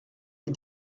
les